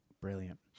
brilliant